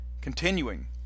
continuing